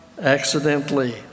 accidentally